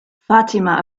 fatima